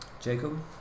Jacob